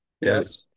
Yes